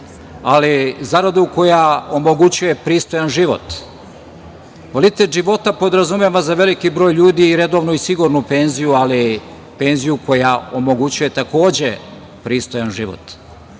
ali zaradu koja omogućuje pristojan života. Kvalitet života podrazumeva za veliki broj ljudi i redovnu i sigurnu penziju, ali penziju koja omogućuje takođe pristojan život.